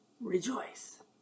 Rejoice